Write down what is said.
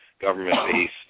government-based